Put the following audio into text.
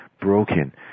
broken